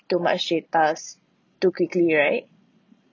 too much datas too quickly right